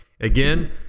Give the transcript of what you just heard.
Again